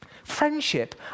Friendship